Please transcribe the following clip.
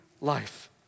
life